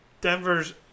Denver's